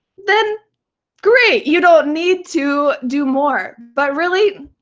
then great. you don't need to do more. but, really,